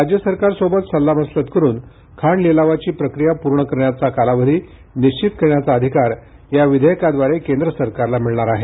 राज्य सरकारसोबत सल्लामसलत करुन खाण लिलावाची प्रक्रिया पूर्ण करण्याचा कालावधी निश्वित करण्याचा अधिकार या विधेयकाद्वारे केंद्र सरकारला मिळणार आहे